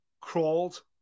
crawled